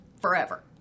forever